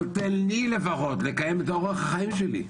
אבל תן לי לפחות לקיים את אורח החיים שלי.